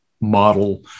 model